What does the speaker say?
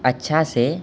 अच्छासँ